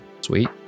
Sweet